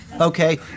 Okay